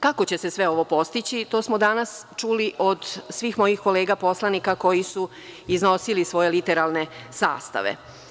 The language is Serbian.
Kako će se sve ovo postići, to smo danas čuli od svih mojih kolega poslanika koji su iznosili svoje literalne sastave.